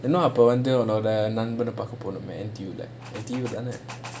அப்போ வந்து உன்னோட நண்பனை பாக்க போனுமே அன்னிக்கி தான:appo vanthu unnoda nanbanai paaka ponumae annikki thaana